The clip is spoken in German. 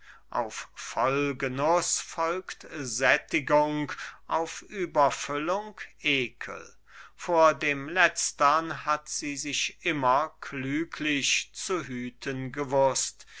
auf vollgenuß folgt sättigung auf überfüllung ekel vor dem letztern hat sie sich immer klüglich zu hüten gewußt